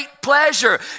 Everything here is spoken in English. pleasure